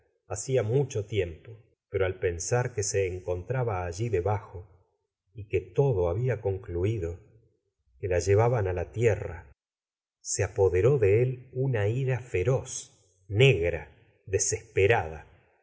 bacía mucho tiempo pero al pensar que se encontraba alli debajo y que todo había concluido que la llevaban á la tierra se apoderó de él una ira feroz gustavo flaubert negra desesperada